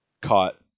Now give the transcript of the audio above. caught